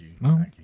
No